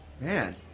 Man